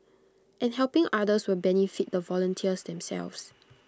and helping others will benefit the volunteers themselves